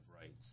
rights